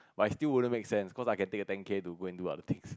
but it still wouldn't make sense because I can take the ten K and go and do other things